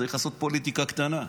צריך לעשות פוליטיקה קטנה.